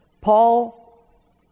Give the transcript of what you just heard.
Paul